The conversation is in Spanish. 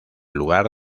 lugar